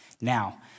Now